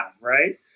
Right